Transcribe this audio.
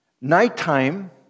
nighttime